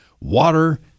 water